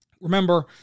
Remember